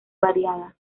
variada